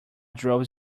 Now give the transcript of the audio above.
drove